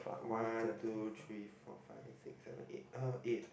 one two three four five six seven eight uh eight